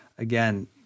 Again